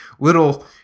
Little